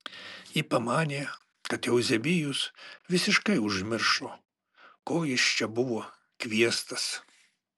ji pamanė kad euzebijus visiškai užmiršo ko jis čia buvo kviestas